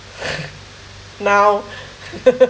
now